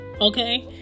Okay